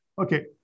Okay